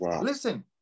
Listen